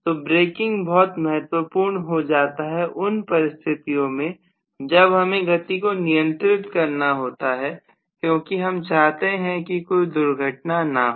तो ब्रेकिंग बहुत महत्वपूर्ण हो जाता है उन परिस्थितियों में जब हमें गति को नियंत्रित करना होता है क्योंकि हम चाहते हैं कि कोई दुर्घटना ना हो